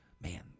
man